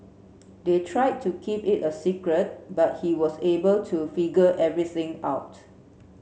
they tried to keep it a secret but he was able to figure everything out